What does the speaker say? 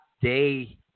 day